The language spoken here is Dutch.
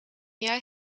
jij